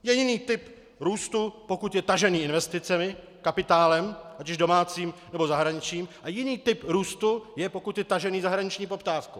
Je jiný typ růstu, pokud je tažen investicemi, kapitálem, ať již domácím, nebo zahraničním, a jiný typ růstu je, pokud je tažen zahraniční poptávkou.